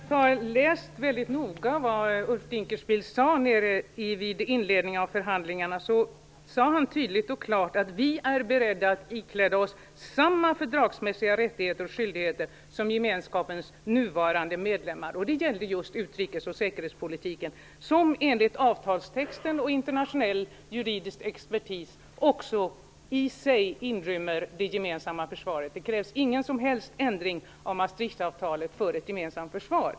Fru talman! Jag har läst mycket noga vad Ulf Dinkelspiel sade vid inledningen av förhandlingarna. Han sade tydligt och klart att vi är beredda att ikläda oss samma fördragsmässiga rättigheter och skyldigheter som gemenskapens nuvarande medlemmar. Det gällde just utrikes och säkerhetspolitiken. Enligt avtalstexten och internationell juridisk expertis inrymmer detta i sig också det gemensamma försvaret. Det krävs ingen som helst ändring av Maastrichtavtalet för ett gemensamt försvar.